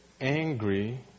angry